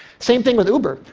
same thing with uber.